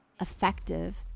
effective